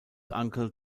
uncle